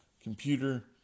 computer